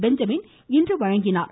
Benjamin இன்று வழங்கினார்